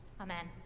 Amen